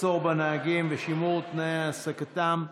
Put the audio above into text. מחסור בנהגים ושימור תנאי העסקתם,